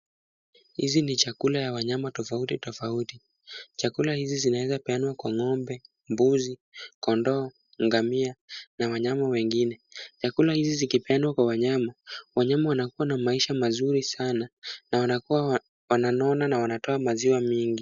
Hizi ni chakula ya wanyama za aina tofauti tofauti. Chakula hizi zinaweza peanwa kwa ng'ombe, mbuzi, kondoo, ngamia na wanyama wengine. Vyakula hizi zikipeanwa kwa wanyama, wanyama wanakuwa na maisha mazuri sana na wananona na wanatoa maziwa mengi.